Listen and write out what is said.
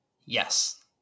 yes